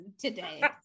today